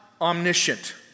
Omniscient